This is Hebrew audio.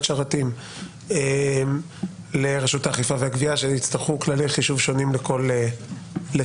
שרתים לרשות האכיפה והגבייה שיצטרכו כללי חישוב שונים לכל חוב,